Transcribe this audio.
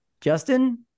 Justin